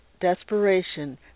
desperation